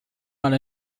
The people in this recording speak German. mal